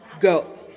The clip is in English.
Go